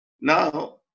Now